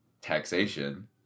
taxation